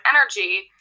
energy